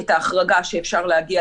ההחרגה שאפשר להגיע,